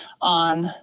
on